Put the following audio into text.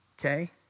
okay